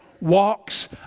walks